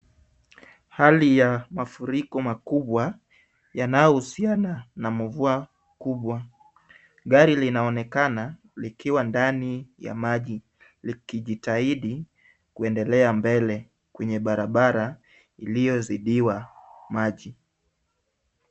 Hali ya mafuriko makubwa yanayohusiana na mvua mkubwa. Gari linaonekana likiwa ndani ya maji likijitahidi kuendelea mbele kwenye barabara iliyozidiwa maji.